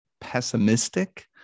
pessimistic